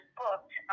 booked